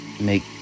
make